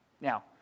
Now